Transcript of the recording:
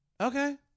Okay